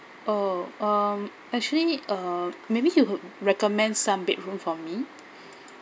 oh um actually uh maybe you could recommend some bedroom for me